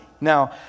Now